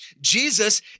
Jesus